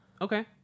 Okay